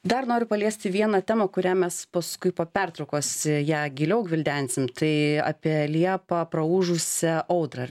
dar noriu paliesti vieną temą kurią mes paskui po pertraukos ją giliau gvildensim tai apie liepą praūžusią audrą ar